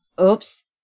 Oops